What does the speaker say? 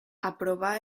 aprovar